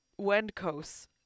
Wendkos